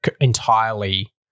entirely